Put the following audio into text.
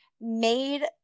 made